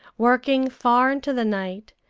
working far into the night,